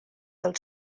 del